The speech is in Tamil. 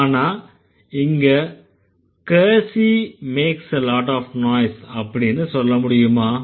ஆனா இங்க kassie makes a lot of noise அப்படின்னு சொல்ல முடியுமா